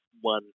one